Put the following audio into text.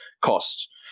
cost